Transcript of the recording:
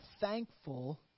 thankful